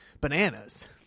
bananas